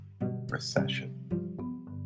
Recession